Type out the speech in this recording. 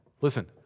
Listen